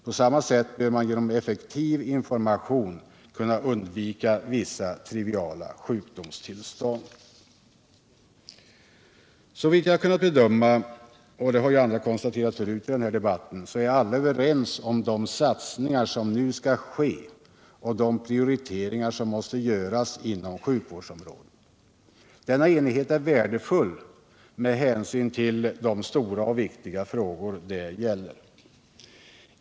På samma sätt bör man genom effektiv information kunna undvika vissa triviala sjukdomstillstånd. Såvitt jag kunnat bedöma — det har andra konstaterat tidigare i den här debatten — är alla överens om de satsningar som nu skall ske och de prioriteringar som måste göras inom sjukvårdsområdet. Denna enighet är värdefull med hänsyn till de stora och viktiga frågor det gäller.